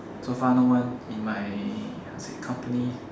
so far no one in my company